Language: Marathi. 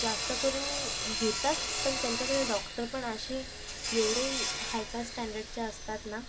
जास्तकरून घेतात पण त्यांच्याकडे डॉक्टरपण असे एवढे हायफाय स्टॅण्डर्डचे असतात ना